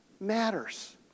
matters